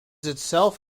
itself